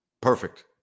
Perfect